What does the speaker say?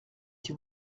qui